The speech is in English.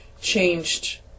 changed